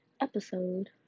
episode